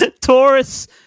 Taurus